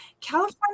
California